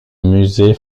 musée